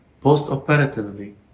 Post-operatively